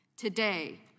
Today